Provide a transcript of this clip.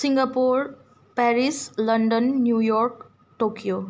Singapore Paris London New York Tokyo